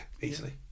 easily